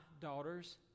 daughter's